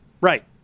Right